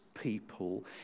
people